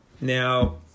Now